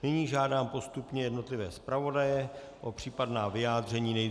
Nyní žádám postupně jednotlivé zpravodaje o případná vyjádření.